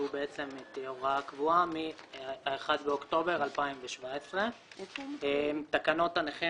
שהוא הוראה קבועה מה-1 באוקטובר 2017. תקנות הנכים